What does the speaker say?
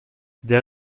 der